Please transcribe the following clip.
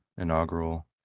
inaugural